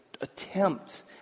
attempt